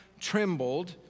trembled